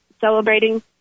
celebrating